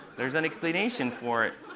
there's an explanation for it.